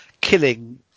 killing